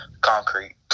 concrete